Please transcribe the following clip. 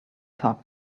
talk